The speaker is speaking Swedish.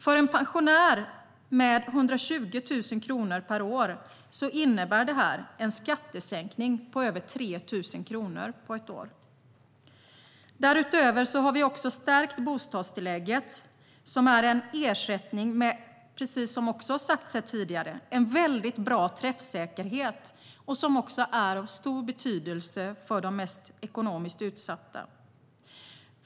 För en pensionär med 120 000 per år innebär det här en skattesänkning på över 3 000 kronor på ett år. Därutöver har vi stärkt bostadstillägget. Som också har sagts här tidigare är det en ersättning med väldigt bra träffsäkerhet, som är av stor betydelse för de mest ekonomiskt utsatta.